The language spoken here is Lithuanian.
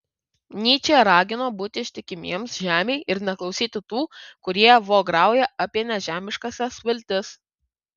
nyčė ragino būti ištikimiems žemei ir neklausyti tų kurie vograuja apie nežemiškąsias viltis